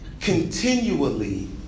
continually